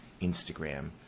Instagram